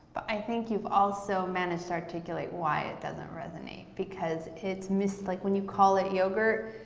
i think you've also managed to articulate why it doesn't resonate, because it's missing like when you call it yogurt,